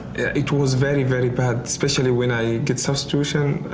it was very, very bad, especially when i get substitution.